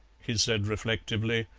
he said reflectively.